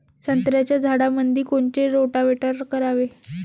संत्र्याच्या झाडामंदी कोनचे रोटावेटर करावे?